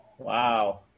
Wow